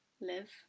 live